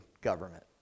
government